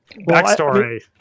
Backstory